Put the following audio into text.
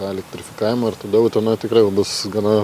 tą elektrifikavimą ir toliau utenoj tikrai jau bus gana